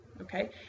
okay